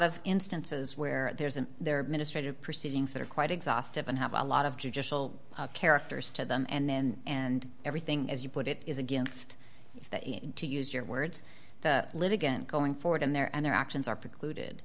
of instances where there's and there are mistreated proceedings that are quite exhaustive and have a lot of judicial characters to them and then and everything as you put it is against that to use your words litigant going forward in there and their actions are precluded